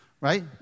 Right